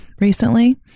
recently